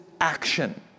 action